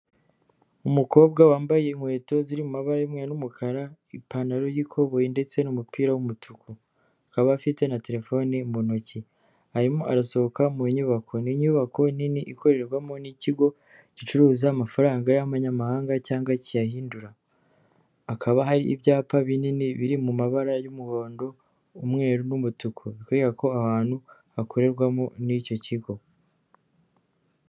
Umukobwa wambaye inkweto ziri mu mabara y'umweru n'umukara, ipantaro y'ikoboyi ndetse n'umupira w'umutuku, akaba afite na telefone mu ntoki, arimo arasohoka mu nyubako, ni inyubako nini ikorerwamo n'ikigo gicuruza amafaranga y'amanyamahanga cyangwa kiyahindura, hakaba hari ibyapa binini biri mu mabara y'umuhondo, umweru n'umutuku, bikwereka ko ahantu hakorerwamo n'icyo kigo.